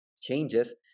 changes